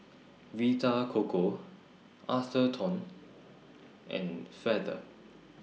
Vita Coco Atherton and Feather